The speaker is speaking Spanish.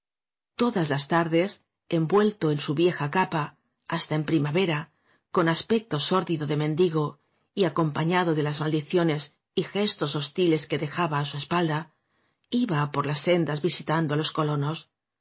todas las tardes envuelto en su vieja capa hasta en primavera con aspecto sórdido de mendigo y acompañado de las maldicionesy gestos hostiles que dejaba á su espalda iba por las sendas vi sitando á los colonos